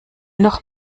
noch